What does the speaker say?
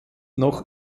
noch